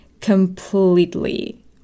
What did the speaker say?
completely